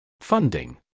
Funding